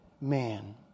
man